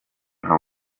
how